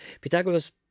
Pythagoras